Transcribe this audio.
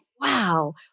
Wow